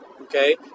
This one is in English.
Okay